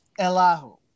elahu